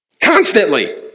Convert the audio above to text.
Constantly